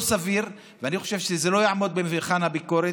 לא סביר, ואני חושב שזה לא יעמוד במבחן הביקורת.